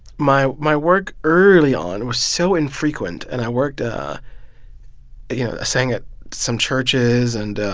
my my work early on was so infrequent. and i worked you know sang at some churches and